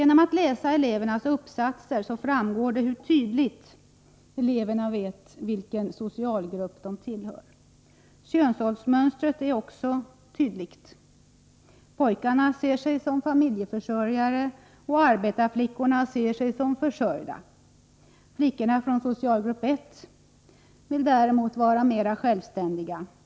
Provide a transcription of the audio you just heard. När man läser elevernas uppsatser framgår det hur tydligt eleverna vet vilken socialgrupp de tillhör. Könsrollsmönstret är också tydligt. Pojkarna ser sig som familjeförsörjare, och arbetarflickorna ser sig som försörjda. Flickorna från socialgrupp 1 vill däremot vara mer självständiga.